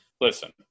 Listen